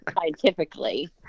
scientifically